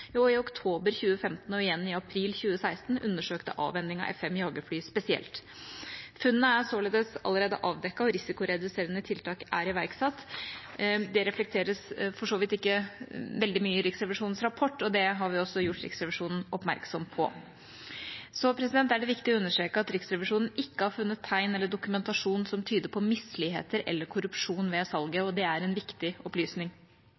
og i oktober 2015 og igjen i april 2016 undersøkte avhending av F-5 jagerfly spesielt. Funnene er således allerede avdekket, og risikoreduserende tiltak er iverksatt. Det reflekteres for så vidt ikke veldig mye i Riksrevisjonens rapport, og det har vi også gjort Riksrevisjonen oppmerksom på. Så er det viktig å understreke at Riksrevisjonen ikke har funnet tegn eller dokumentasjon som tyder på misligheter eller korrupsjon ved salget, og det er en viktig opplysning.